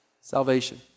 salvation